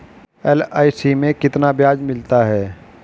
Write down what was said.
LIC में कितना ब्याज मिलता है?